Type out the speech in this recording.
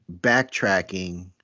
backtracking